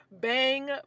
Bang